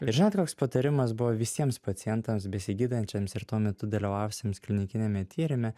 žinot koks patarimas buvo visiems pacientams besigydantiems ir tuo metu dalyvavusiems klinikiniame tyrime